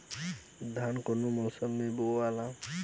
धान कौने मौसम मे बोआला?